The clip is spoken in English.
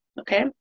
Okay